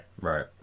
Right